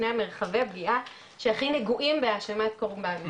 שני מרחבי הפגיעה שהכי נגועים בהאשמת קורבן,